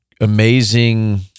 amazing